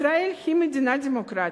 ישראל היא מדינה דמוקרטית,